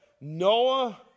Noah